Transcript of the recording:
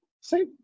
say